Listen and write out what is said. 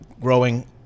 growing